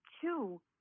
two